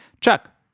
Chuck